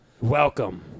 Welcome